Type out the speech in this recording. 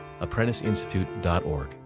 apprenticeinstitute.org